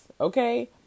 Okay